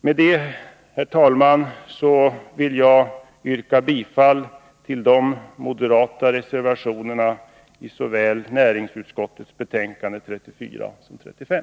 Med detta, herr talman, yrkar jag bifall till de moderata reservationerna i näringsutskottets betänkanden 34 och 35.